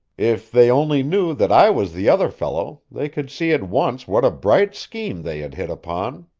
if they only knew that i was the other fellow they could see at once what a bright scheme they had hit upon.